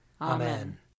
Amen